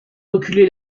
reculer